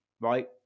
right